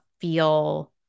feel